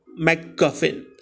Mcguffin